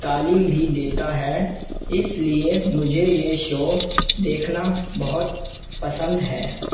تعلیم بھی دیتا ہے اس لیے مجھے یہ شو دیکھنا بہت پسند ہے